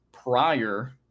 prior